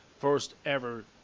first-ever